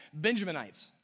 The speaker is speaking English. Benjaminites